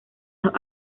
los